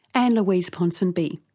anne louise ponsonby.